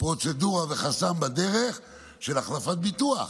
פרוצדורה וחסם בדרך של החלפת ביטוח.